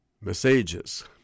messages